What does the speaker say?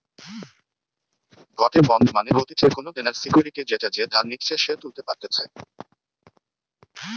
গটে বন্ড মানে হতিছে কোনো দেনার সিকুইরিটি যেটা যে ধার নিচ্ছে সে তুলতে পারতেছে